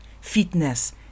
fitness